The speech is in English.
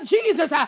Jesus